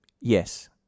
Yes